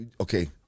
Okay